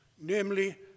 namely